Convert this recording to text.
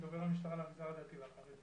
דובר המשטרה למגזר הדתי והחרדי.